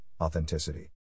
authenticity